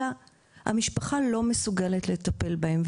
אלא גם שהמשפחה לא מסוגלת לטפל בהם,